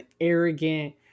arrogant